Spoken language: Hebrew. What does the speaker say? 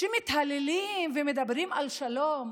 כשמתהללים ומדברים על שלום,